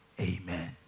Amen